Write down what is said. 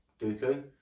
Dooku